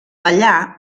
allà